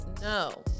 No